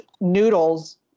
noodles